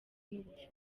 n’ubuvuzi